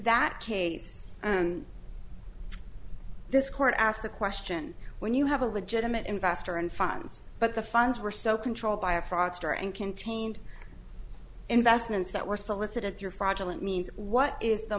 that case this court asked the question when you have a legitimate investor and funds but the funds were so controlled by a proxy war and contained investments that were solicited through fraudulent means what is the